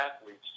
athletes